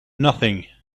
nothing